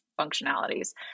functionalities